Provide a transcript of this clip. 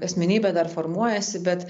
asmenybė dar formuojasi bet